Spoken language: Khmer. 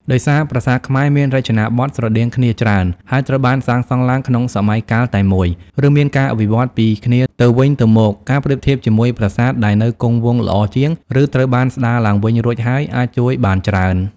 ដោយសារប្រាសាទខ្មែរមានរចនាបថស្រដៀងគ្នាច្រើន ហើយត្រូវបានសាងសង់ឡើងក្នុងសម័យកាលតែមួយ ឬមានការវិវត្តន៍ពីគ្នាទៅវិញទៅមក ការប្រៀបធៀបជាមួយប្រាសាទដែលនៅគង់វង្សល្អជាង ឬត្រូវបានស្ដារឡើងវិញរួចហើយ អាចជួយបានច្រើន។